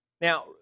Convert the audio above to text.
Now